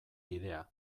bidea